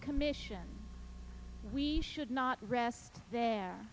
commission we should not rest there